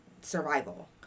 survival